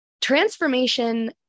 Transformation